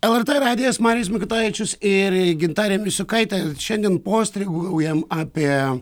lrt radijas marijus mikutavičius ir gintarė misiukaitė šiandien postringaujam apie